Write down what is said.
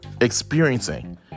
experiencing